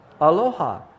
Aloha